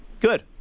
Good